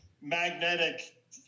magnetic